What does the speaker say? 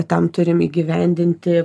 tam turim įgyvendinti